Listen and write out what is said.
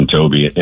Toby